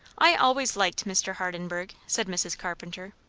i always liked mr. hardenburgh, said mrs. carpenter.